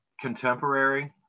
contemporary